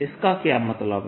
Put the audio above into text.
इसका क्या मतलब है